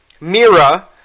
Mira